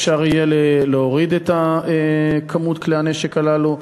אפשר יהיה להוריד את מספר כלי הנשק הללו.